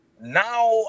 now